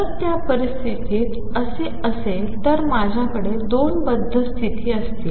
जर त्या परिस्थितीत असे असेल तर माझ्याकडे दोन बद्ध स्तिथी असतील